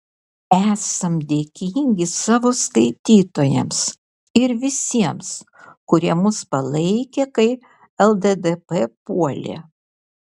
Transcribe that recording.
esam dėkingi savo skaitytojams ir visiems kurie mus palaikė kai lddp puolė